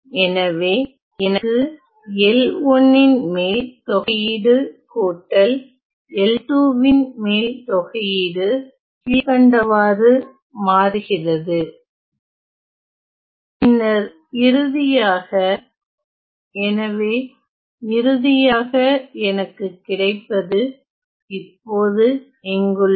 எனவே எனக்கு L1 ன் மேல் தொகையீடு கூட்டல் L2 ன் மேல் தொகையீடு கீழ்க்கண்டவாறு மாறுகிறது பின்னர் இறுதியாக எனவே இறுதியாக எனக்கு கிடைப்பது இப்போது இங்குள்ளது